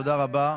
תודה רבה.